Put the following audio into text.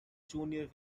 junior